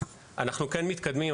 אנחנו כן מתקדמים,